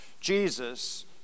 Jesus